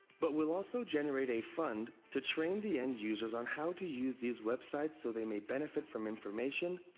but will also generate a fund to train the end users on how to use these websites so they may benefit from information,